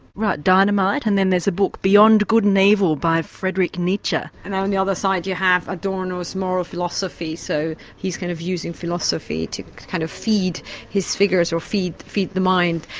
right dynamite and then there's a book beyond good and evil by friedrich nietzsche. and on the other side you have adorno's moral philosophy, so he's kind of using philosophy to kind of feed his figures, or feed feed the mind.